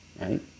Right